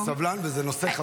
אני מכבד וסבלן וזה נושא חשוב,